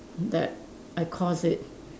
that I caused it